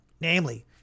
namely